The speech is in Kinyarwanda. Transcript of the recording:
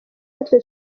natwe